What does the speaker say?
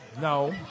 no